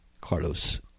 Carlos